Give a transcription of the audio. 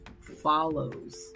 follows